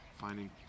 finding